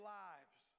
lives